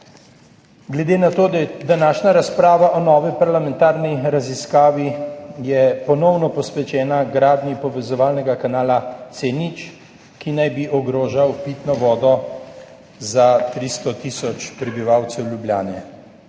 Glede na to, da je današnja razprava o novi parlamentarni preiskavi ponovno posvečena gradnji povezovalnega kanala C0, ki naj bi ogrožal pitno vodo za 300 tisoč prebivalcev Ljubljane,